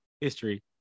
history